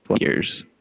years